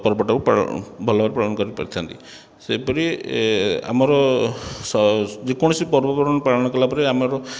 ପର୍ବଟାକୁ ପାଳନ ଭଲ ଭାବରେ ପାଳନ କରିପାରିଥାନ୍ତି ସେହିପରି ଆମର ଯେକୌଣସି ପର୍ବପର୍ବାଣି ପାଳନ କରିଲା ପରେ ଆମର